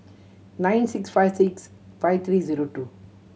nine six five six five three zero two